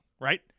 right